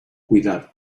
cuidado